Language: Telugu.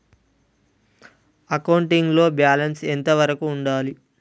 అకౌంటింగ్ లో బ్యాలెన్స్ ఎంత వరకు ఉండాలి?